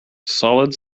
solid